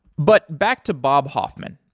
but back to bob hoffman,